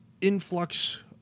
influx